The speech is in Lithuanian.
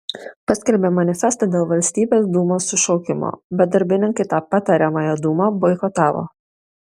paskelbė manifestą dėl valstybės dūmos sušaukimo bet darbininkai tą patariamąją dūmą boikotavo